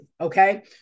okay